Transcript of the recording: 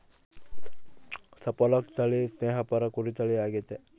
Suffolk ತಳಿ ಸ್ನೇಹಪರ ಕುರಿ ತಳಿ ಆಗೆತೆ